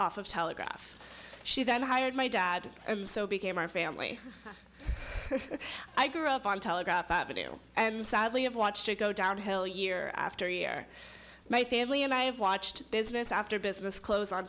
off of telegraph she then hired my dad and so became our family i grew up on telegraph avenue and sadly have watched it go downhill year after year my family and i have watched business after business close o